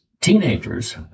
teenagers